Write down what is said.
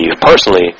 personally